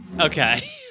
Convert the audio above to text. Okay